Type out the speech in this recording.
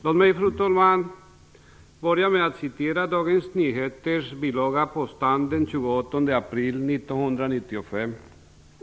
Låt mig, fru talman, börja med att citera Dagens Nyheters bilaga På stan den 28 april 1995.